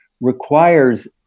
requires